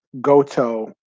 Goto